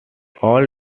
all